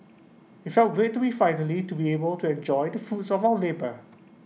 felt great to finally be able to enjoy the fruits of our labour